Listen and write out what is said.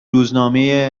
روزنامه